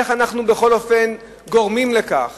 איך אנחנו גורמים לכך